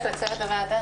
הישיבה ננעלה בשעה 12:05.